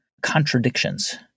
contradictions